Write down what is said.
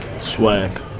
Swag